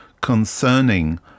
concerning